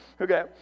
okay